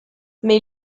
mais